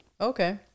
Okay